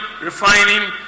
refining